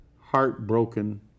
heartbroken